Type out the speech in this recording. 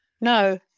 no